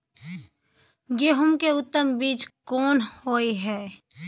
गेहूं के उत्तम बीज कोन होय है?